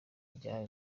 ryahawe